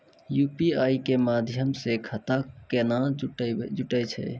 UPI के माध्यम से खाता केना जुटैय छै?